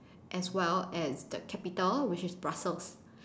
as well as the capital which is Brussels